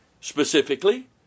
specifically